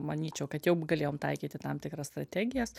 manyčiau kad jau galėjom taikyti tam tikras strategijas